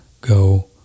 go